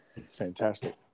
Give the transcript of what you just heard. Fantastic